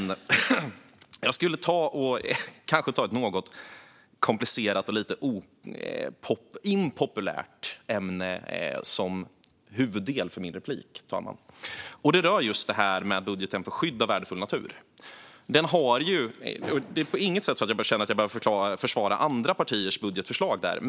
Jag ska ta upp ett något komplicerat och impopulärt ämne i min replik. Det rör just budgeten för skydd av värdefull natur. Jag känner inte på något sätt att jag behöver försvara andra partiers budgetförslag där.